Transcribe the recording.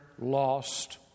lost